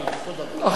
אכן,